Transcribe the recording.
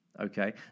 okay